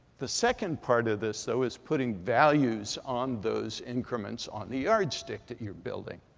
the second part of this, though, is putting values on those increments, on the yardstick that you're building.